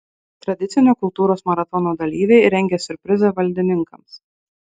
tradicinio kultūros maratono dalyviai rengia siurprizą valdininkams